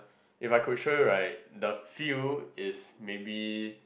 if I could show you right the field is maybe